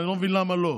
אני לא מבין למה לא.